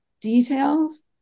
details